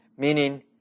meaning